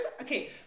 Okay